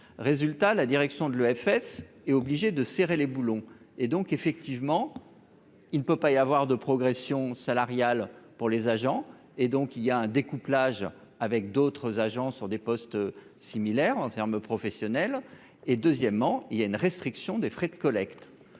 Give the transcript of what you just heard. résultat, la direction de l'EFS est obligé de serrer les boulons et donc effectivement il ne peut pas y avoir de progression salariale pour les agents et donc il y a un découplage avec d'autres agences sur des postes similaires en termes professionnel et deuxièmement, il y a une restriction des frais de collecte,